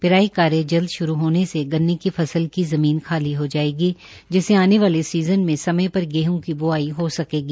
पिराई कार्य जल्द श्रू होने से गन्ने की फसल की जमीन खाली हो जाएगी जिससे आने वाले सीजन में समय पर गेहं की बुवाई हो सकगी